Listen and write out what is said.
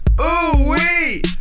ooh-wee